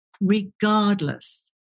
regardless